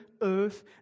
earth